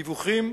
דיווחים,